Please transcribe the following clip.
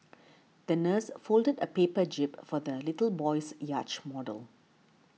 the nurse folded a paper jib for the little boy's yacht model